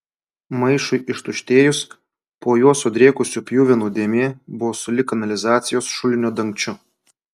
maišui ištuštėjus po juo sudrėkusių pjuvenų dėmė buvo sulig kanalizacijos šulinio dangčiu